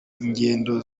ingendo